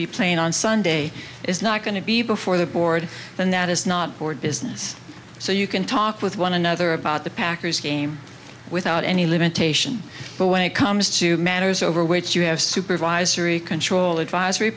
be playing on sunday is not going to be before the board and that is not board business so you can talk with one another about the packers game without any limitation but when it comes to matters over which you have supervisory control advisory